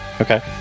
Okay